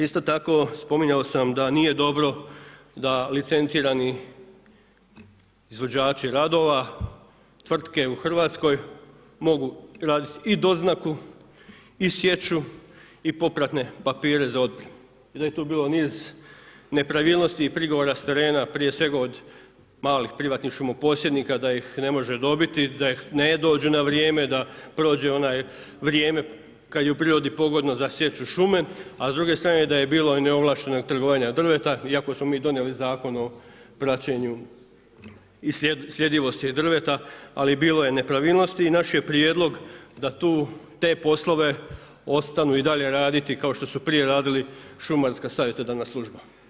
Isto tako, spominjao sam da nije dobro da licencirani izvođači radova, tvrtke u Hrvatskoj mogu raditi i doznaku i sječu i popratne papire za ... i da je tu bilo niz nepravilnosti i prigovora s terena, prije svega od malih privatnih šumoposjednika da ne može dobiti, da ih ne dođu na vrijeme, da prođe onaj vrijeme kad je u prirodi pogodno za sječu šume, a s druge strane da je bilo i neovlaštenog trgovanja drveta iako smo mi donijeli Zakon o praćenju i sljedivosti drveta, ali bilo je nepravilnosti i naše je prijedlog da tu te poslove ostanu i dalje raditi kao što su prije radili šumarska savjetodavna služba.